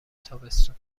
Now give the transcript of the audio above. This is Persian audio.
تابستون